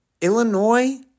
Illinois